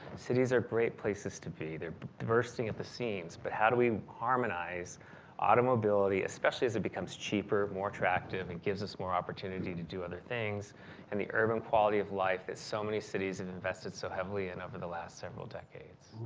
cities are great places to be, they're bursting at the scenes but how do we harmonize auto mobility especially as it becomes cheaper, more attractive, it and gives us more opportunity to do other things and the urban quality of life that so many cities have invested so heavily in over the last several decades.